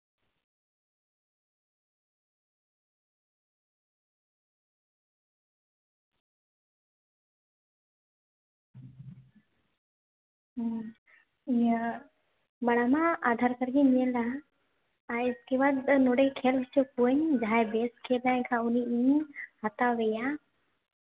ᱦᱩᱸ ᱤᱭᱟᱹ ᱢᱟᱲᱟᱝ ᱢᱟ ᱟᱫᱷᱟᱨ ᱠᱟᱨᱰ ᱜᱤᱧ ᱧᱮᱞᱟ ᱤᱥᱠᱮᱵᱟᱫ ᱱᱚᱸᱰᱮ ᱠᱷᱮᱞ ᱦᱚᱪᱚ ᱠᱚᱣᱟᱹᱧ ᱡᱟᱦᱟᱸᱭ ᱵᱮᱥ ᱠᱷᱮᱞᱟᱭ ᱠᱷᱟᱱ ᱩᱱᱤ ᱤᱧᱤᱧ ᱦᱟᱛᱟᱣᱮᱭᱟ